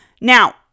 Now